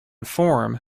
form